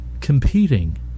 Competing